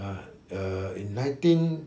uh uh in nineteen